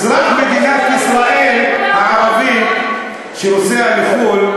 אזרח מדינת ישראל הערבי שנוסע לחו"ל,